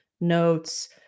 notes